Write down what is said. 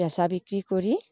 বেচা বিক্ৰী কৰি